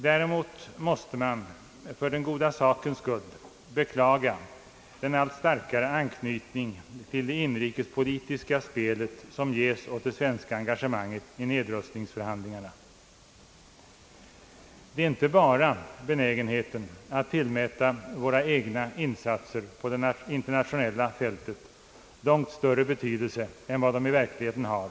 Däremot måste man för den goda sakens skull beklaga den allt starkare anknytning till det inrikespolitiska spelet som ges åt det svenska engage manget i nedrustningsförhandlingarna. Det gäller inte bara benägenheten att tillmäta våra egna insatser på det internationella fältet långt större betydelse än vad de i verkligheten har.